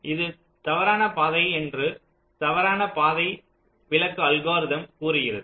இது தவறான பாதை என்று தவறான பாதை விலக்கு அல்கோரிதம் கூறுகிறது